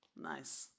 Nice